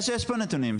יש נתונים.